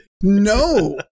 No